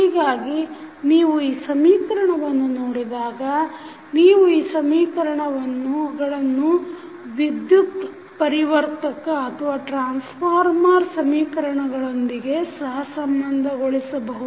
ಹೀಗಾಗಿ ನೀವು ಈ ಸಮೀಕರಣವನ್ನು ನೋಡಿದಾಗ ನೀವು ಈ ಸಮೀಕರಣಗಳನ್ನು ವಿದ್ಯುತ್ ಪರಿವರ್ತಕ ಸಮೀಕರಣಗಳೊಂದಿಗೆ ಸಹಸಂಬಂಧಗೊಳಿಸಬಹುದು